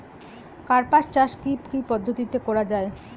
কার্পাস চাষ কী কী পদ্ধতিতে করা য়ায়?